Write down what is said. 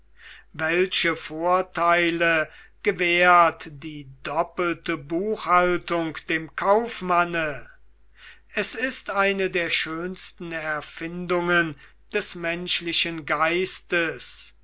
welche vorteile gewährt die doppelte buchhaltung dem kaufmanne es ist eine der schönsten erfindungen des menschlichen geistes